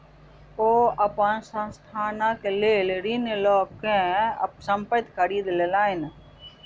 ओ अपन संस्थानक लेल ऋण लअ के संपत्ति खरीद लेलैन